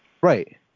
Right